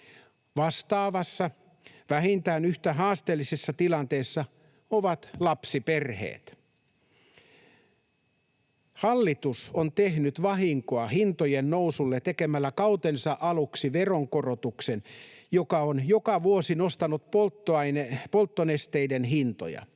Vastaavassa, vähintään yhtä haasteellisessa tilanteessa ovat lapsiperheet. Hallitus on tehnyt vahinkoa hintojen nousulle tekemällä kautensa aluksi veronkorotuksen, joka on joka vuosi nostanut polttonesteiden hintoja.